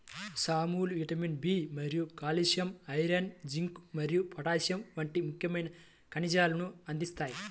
సామలు vitamin B మరియు calcium, iron, zinc మరియు పొటాషియం వంటి ముఖ్యమైన ఖనిజాలను అందిస్తాయి